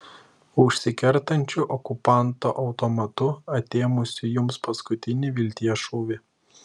užsikertančiu okupanto automatu atėmusiu jums paskutinį vilties šūvį